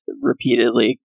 repeatedly